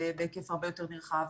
בהיקף הרבה יותר נרחב.